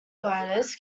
gliders